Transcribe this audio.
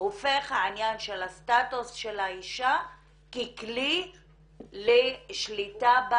עניין סטטוס האשה הופך ככלי לשליטה בה